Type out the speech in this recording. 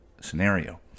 scenario